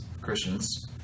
Christians